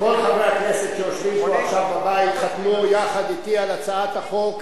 כל חברי הכנסת שיושבים פה עכשיו בבית חתמו יחד אתי על הצעת החוק,